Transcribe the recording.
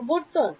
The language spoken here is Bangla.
প্রবর্তন